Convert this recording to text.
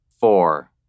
Four